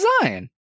design